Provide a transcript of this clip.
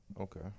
Okay